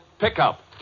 Pickup